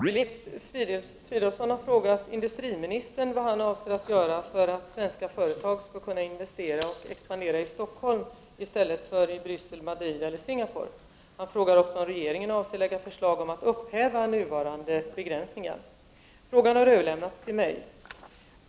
Herr talman! Filip Fridolfsson har frågat industriministern vad han avser göra för att svenska företag skall kunna investera och expandera i Stockholm i stället för i Bryssel, Madrid eller Singapore. Han frågar också om regeringen avser lägga förslag om att upphäva nuvarande begränsningar. Frågan har överlämnats till mig.